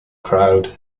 crowd